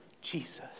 Jesus